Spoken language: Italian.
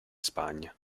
spagna